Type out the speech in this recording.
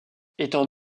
étant